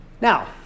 Now